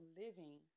living